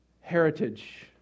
heritage